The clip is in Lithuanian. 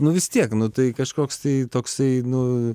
nu vis tiek nu tai kažkoks tai toksai nu